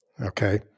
okay